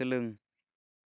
सोलों